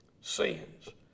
sins